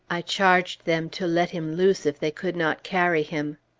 i charged them to let him loose if they could not carry him.